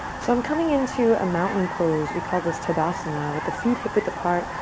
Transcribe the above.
so i'm coming into a mountain pose, we call this tadasana, with the feet hip width apart,